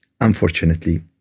unfortunately